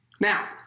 Now